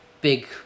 big